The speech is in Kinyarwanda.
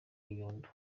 nyundo